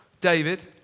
David